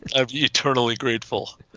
i'm eternally grateful.